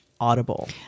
audible